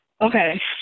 Okay